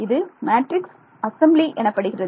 இது matrix assembly எனப்படுகிறது